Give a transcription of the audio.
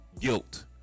guilt